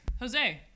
jose